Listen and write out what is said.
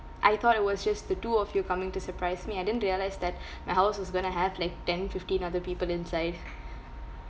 I thought it was just the two of you coming to surprise me I didn't realise that my house was going to have like ten fifteen other people inside